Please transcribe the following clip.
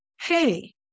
hey